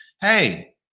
Hey